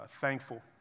thankful